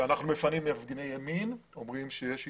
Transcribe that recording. שאנחנו מפנים מפגיני ימין אומרים שיש התערבות,